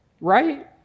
Right